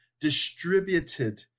distributed